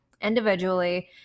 individually